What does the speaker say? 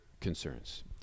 concerns